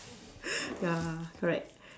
ya correct